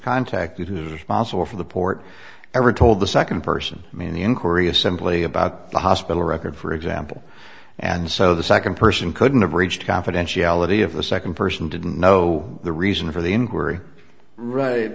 contacted his boss or from the port ever told the second person man the n korea simply about the hospital record for example and so the second person couldn't have reached confidentiality of the second person didn't know the reason for the